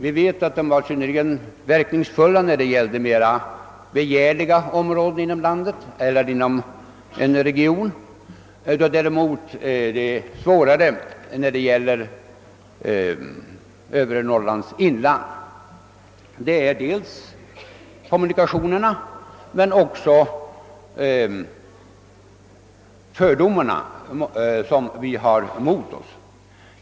Vi vet att dessa insatser varit synnerligen verkningsfulla när det gällt mera begärliga områden eller regioner, medan det varit svårare att nå effekt när det gällt övre Norrlands inland. Vad vi har emot oss där uppe är dels kommunikationsförhållandena, dels fördomarna i fråga om Norrland.